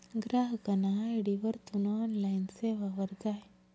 ग्राहकना आय.डी वरथून ऑनलाईन सेवावर जाय